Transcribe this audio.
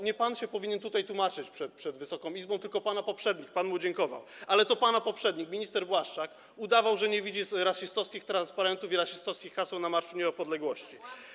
Nie pan powinien się tutaj tłumaczyć przed Wysoką Izbą, tylko pana poprzednik - pan mu dziękował - bo to pana poprzednik, minister Błaszczak udawał, że nie widzi rasistowskich transparentów i rasistowskich haseł na Marszu Niepodległości.